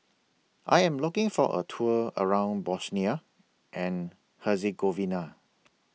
I Am looking For A Tour around Bosnia and Herzegovina